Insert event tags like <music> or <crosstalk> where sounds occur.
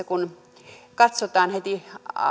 <unintelligible> kun heti